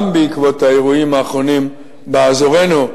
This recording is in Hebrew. גם בעקבות האירועים האחרונים באזורנו,